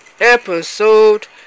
Episode